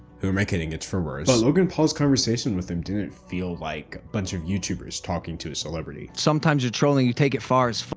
who were making it for worse. but logan paul's conversation with him didn't feel like a bunch of youtubers talking to a celebrity. sometimes, the trolling, you take it far as.